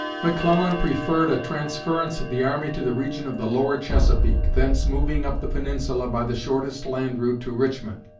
mcclellan preferred a transference of the army to the region of the lower chesapeake, thence moving up the peninsula by the shortest land route to richmond.